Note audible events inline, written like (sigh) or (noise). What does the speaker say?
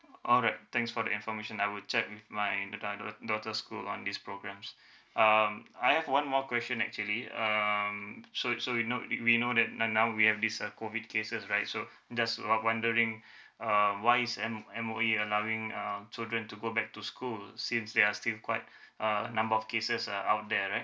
alright thanks for the information I will check with my the uh dau~ daughter school on these programs (breath) um I have one more question actually um so so you know we we know that now now we have this uh COVID cases right so there's what wondering (breath) um why is M M_O_E allowing um children to go back to school since there are still quite (breath) uh a number of cases uh out there right